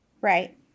Right